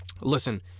listen